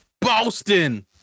Boston